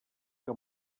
que